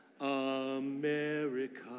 America